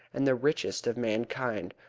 and the richest of mankind,